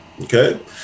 Okay